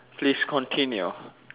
please continue